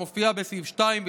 המופיעה בסעיף 2,